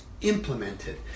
implemented